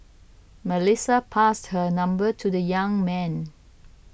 Melissa passed her number to the young man